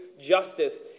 justice